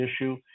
issue